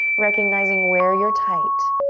recognizing where you're tight,